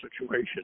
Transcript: situation